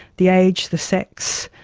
the age, the sex,